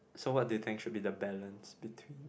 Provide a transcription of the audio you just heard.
so what do you should be the balance between